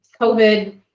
COVID